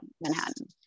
Manhattan